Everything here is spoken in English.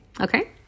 Okay